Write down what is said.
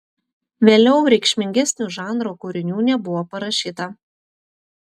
vėliau reikšmingesnių žanro kūrinių nebuvo parašyta